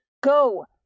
Go